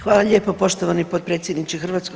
Hvala lijepo poštovani potpredsjedniče HS.